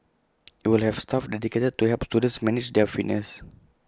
IT will have staff dedicated to help students manage their fitness